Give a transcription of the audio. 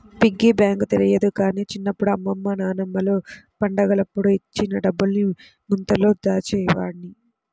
piggy bank తెలియదు గానీ చిన్నప్పుడు అమ్మమ్మ నాన్నమ్మలు పండగలప్పుడు ఇచ్చిన డబ్బుల్ని ముంతలో దాచేవాడ్ని